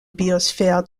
biosphère